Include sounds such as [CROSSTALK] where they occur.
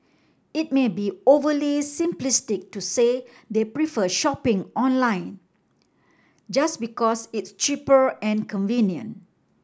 it may be overly simplistic to say they prefer shopping online just because it's cheaper and [UNINTELLIGIBLE]